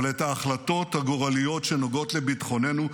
אבל את ההחלטות הגורליות שנוגעות לביטחוננו,